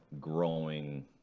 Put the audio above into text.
growing